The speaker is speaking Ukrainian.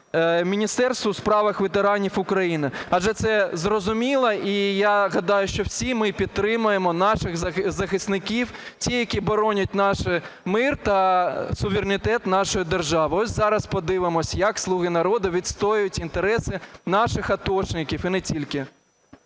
Міністерства у справах ветеранів України. Адже це зрозуміло і я гадаю, що всі ми підтримуємо наших захисників, які боронять наш мир та суверенітет нашої держави. Ось зараз подивимося, як "Слуга народу" відстоюють інтереси наших атошників і не тільки.